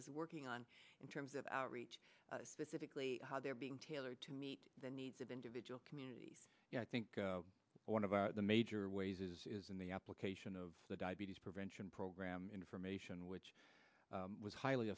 is working on in terms of outreach specifically how they're being tailored to meet the needs of individual communities i think one of the major ways is in the application of the diabetes prevention program information which was highly